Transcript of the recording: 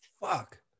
Fuck